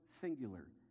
singular